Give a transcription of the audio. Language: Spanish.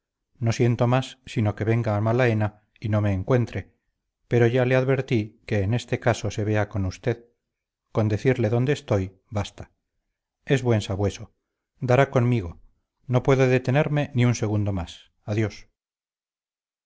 no siento más sino que venga malaena y no me encuentre pero ya le advertí que en este caso se vea con usted con decirle dónde estoy basta es buen sabueso dará conmigo no puedo detenerme ni un segundo más adiós